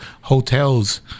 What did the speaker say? hotels